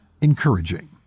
encouraging